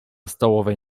stołowej